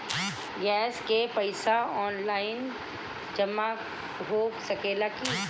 Gas के पइसा online जमा हो सकेला की?